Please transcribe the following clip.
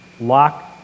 lock